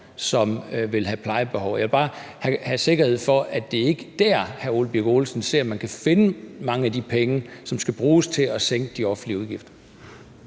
som vil have et plejebehov. Og jeg vil bare have sikkerhed for, at det ikke er der, hr. Ole Birk Olesen ser at man kan finde mange af de penge, som skal bruges til at sænke de offentlige udgifter.